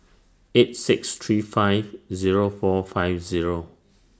eight six three five Zero four five Zero